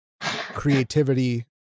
creativity